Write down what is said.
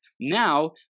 Now